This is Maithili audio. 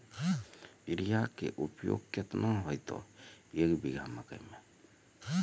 यूरिया के उपयोग केतना होइतै, एक बीघा मकई मे?